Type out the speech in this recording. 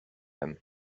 him